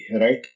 right